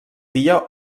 dia